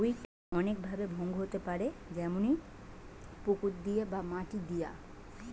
weed অনেক ভাবে ভঙ্গ হইতে পারে যেমনি পুকুর দিয়ে বা মাটি দিয়া